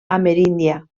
ameríndia